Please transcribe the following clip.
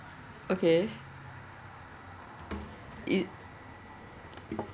okay it